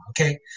Okay